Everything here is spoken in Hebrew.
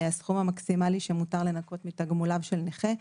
הסכום המקסימלי שמותר לנכות מתגמוליו של נכה.